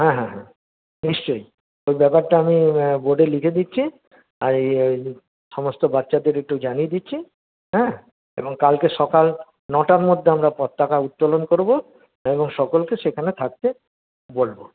হ্যাঁ হ্যাঁ হ্যাঁ নিশ্চয়ই এই ব্যাপারটা আমি বোর্ডে লিখে দিচ্ছি আর এই এই সমস্ত বাচ্চাদের একটু জানিয়ে দিচ্ছি হ্যাঁ এবং কালকে সকাল নটার মধ্যে আমরা পতাকা উত্তোলন করব এবং সকলকে সেখানে থাকতে বলব